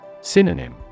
Synonym